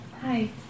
Hi